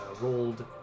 rolled